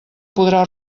podrà